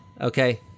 okay